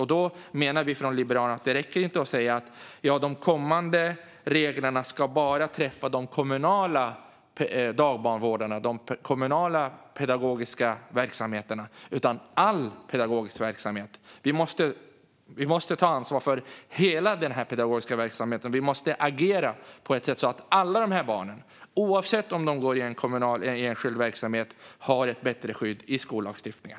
Vi i Liberalerna menar därför att det inte räcker att säga att de kommande reglerna bara ska träffa de kommunala dagbarnvårdarna och pedagogiska verksamheterna, utan det måste gälla all pedagogisk verksamhet. Vi måste ta ansvar för hela den pedagogiska verksamheten, och vi måste agera på ett sätt så att alla barn, oavsett om de går i en kommunal eller en enskild verksamhet, får ett bättre skydd i skollagstiftningen.